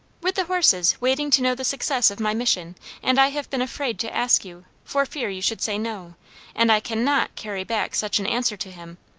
with the horses waiting to know the success of my mission and i have been afraid to ask you, for fear you should say no and i cannot carry back such an answer to him.